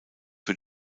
für